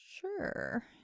Sure